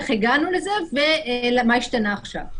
איך הגענו לזה ומה השתנה עכשיו.